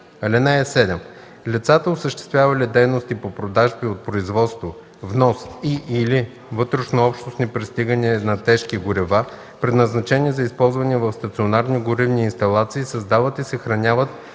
нефт. (7) Лицата, осъществявали дейности по продажби от производство, внос и/или вътрешнообщностни пристигания на тежки горива, предназначени за използване в стационарни горивни инсталации, създават и съхраняват